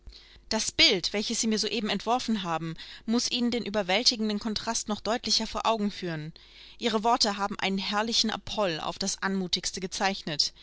das bild welches sie mir soeben entworfen haben muß ihnen den überwältigenden kontrast noch deutlicher vor augen führen ihre worte haben einen herrlichen apoll auf das anmutigste gezeichnet